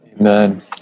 Amen